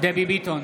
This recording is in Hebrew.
דבי ביטון,